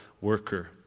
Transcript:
worker